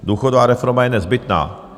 Důchodová reforma je nezbytná.